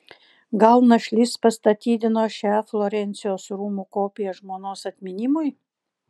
gal našlys pastatydino šią florencijos rūmų kopiją žmonos atminimui